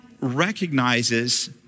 recognizes